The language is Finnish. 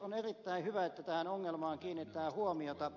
on erittäin hyvä että tähän ongelmaan kiinnitetään huomiota